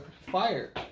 fire